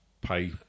pay